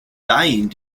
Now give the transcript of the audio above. dying